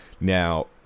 Now